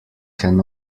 can